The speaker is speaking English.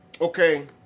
okay